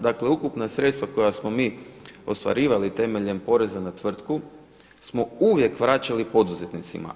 Dakle ukupna sredstva koja smo mi ostvarivali temeljem poreza na tvrtku smo uvijek vraćali poduzetnicima.